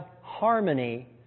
harmony